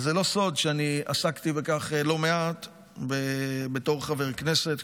זה לא סוד שעסקתי בכך לא מעט בתור חבר כנסת,